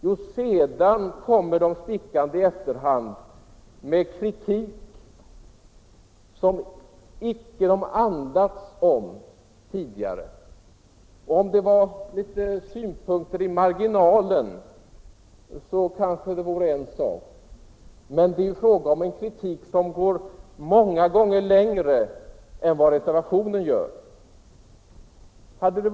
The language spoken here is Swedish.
Jo, i efterhand kommer man stickande med kritik som man tidigare inte andats ett ord om. Hade det varit några synpunkter så att säga i marginalen, så hade det varit en sak, men det är fråga om kritik som går många gånger djupare än vad reservationen gör.